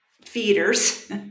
feeders